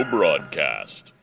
Broadcast